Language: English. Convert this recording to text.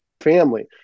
family